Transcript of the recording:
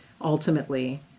Ultimately